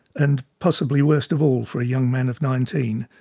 and, possibly worst of all for a young man of nineteen,